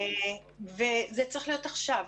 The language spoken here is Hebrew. זה צריך להיות עכשיו.